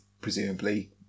presumably